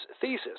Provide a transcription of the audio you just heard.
thesis